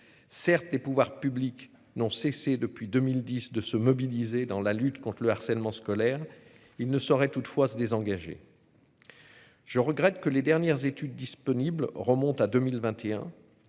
Certes, les pouvoirs publics n'ont cessé depuis 2010 de se mobiliser dans la lutte contre le harcèlement scolaire. Il ne saurait, toutefois, se désengager. Je regrette que les dernières études disponibles remontent à 2021.